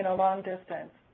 and long distance,